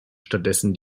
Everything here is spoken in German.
stattdessen